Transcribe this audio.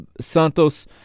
Santos